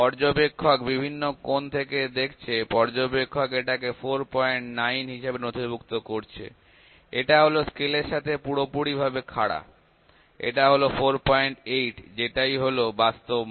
পর্যবেক্ষক বিভিন্ন কোণ থেকে দেখছে পর্যবেক্ষক এটাকে ৪৯ হিসেবে নথিভুক্ত করছে এটা হল স্কেলের সাথে পুরোপুরি ভাবে খাড়া এটা হল ৪৮ যেটাই হল বাস্তব মান